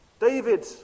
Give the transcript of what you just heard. David